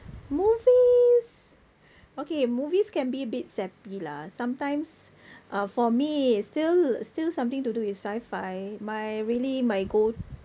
movies okay movies can be a bit sappy lah sometimes uh for me still still something to do with sci-fi my really my go